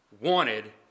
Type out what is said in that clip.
wanted